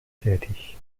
tätig